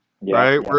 right